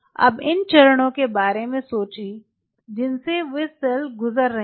अब इन चरणों के बारे में सोचें जिनसे वे सेल्स गुजर रहे हैं